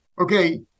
Okay